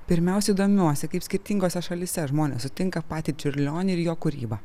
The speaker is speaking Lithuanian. pirmiausia domiuosi kaip skirtingose šalyse žmonės sutinka patį čiurlionį ir jo kūrybą